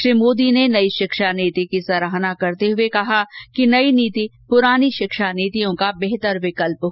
श्री मोदी ने नई शिक्षा नीति की सराहना करते हुए कहा कि नई नीति पुरानी शिक्षा नीतियों का बेहतर विकल्प होगा